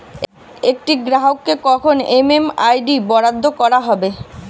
একটি গ্রাহককে কখন এম.এম.আই.ডি বরাদ্দ করা হবে?